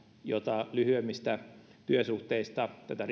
jota lyhyemmissä työsuhteissa tätä